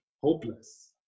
hopeless